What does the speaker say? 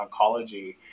oncology